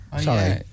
sorry